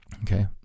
okay